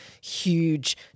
huge